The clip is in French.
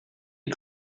est